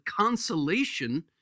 consolation